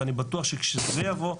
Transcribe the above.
ואני בטוח שכשזה יבוא,